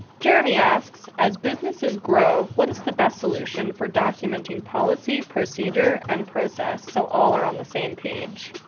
jeremy asks, as businesses grow, what is the best solution for documenting policy, procedure and process so all are on the same page?